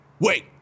Wait